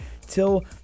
till